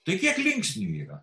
tai kiek linksnių yra